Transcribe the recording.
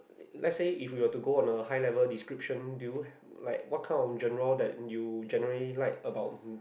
let said if you have to go a high level description do you like what kind of journal that you generally like about